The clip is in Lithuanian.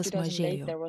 vis mažėjo